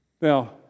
Now